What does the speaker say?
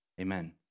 Amen